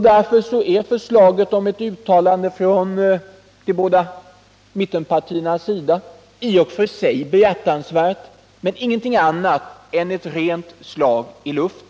Därför är 117 förslaget från de båda mittenpartiernas sida om ett uttalande i och för sig behjärtansvärt, men ingenting annat än ett slag i luften.